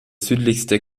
südlichste